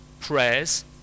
prayers